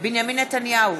בנימין נתניהו,